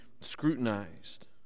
scrutinized